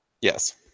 Yes